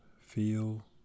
Feel